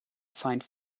find